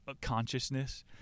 consciousness